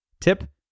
Tip